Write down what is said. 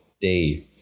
day